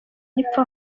gipfa